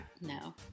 No